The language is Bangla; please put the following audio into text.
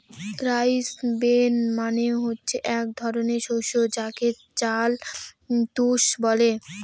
রাইস ব্রেন মানে হচ্ছে এক ধরনের শস্য যাকে চাল তুষ বলে